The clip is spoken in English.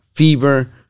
fever